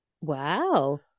Wow